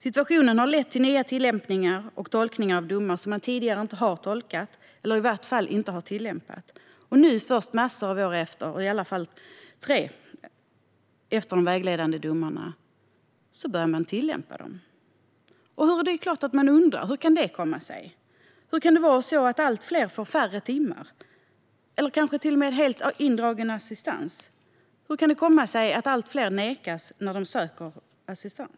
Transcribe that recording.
Situationen har lett till nya tillämpningar och tolkningar av domar som man tidigare inte har tolkat, eller i varje fall inte har tillämpat. Nu, många år senare - i alla fall tre - efter de vägledande domarna börjar man tillämpa dem. Hur kan det kan komma sig? Hur kan det vara så att allt fler får färre timmar, eller kanske till och med helt indragen assistans? Hur kan det komma sig att allt fler nekas assistans när de ansöker om sådan?